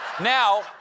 Now